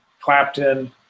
Clapton